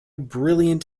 brilliant